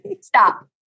Stop